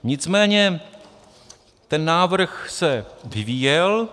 Nicméně ten návrh se vyvíjel.